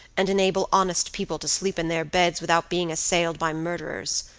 and enable honest people to sleep in their beds without being assailed by murderers.